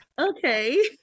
Okay